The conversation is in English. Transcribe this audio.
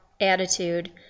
attitude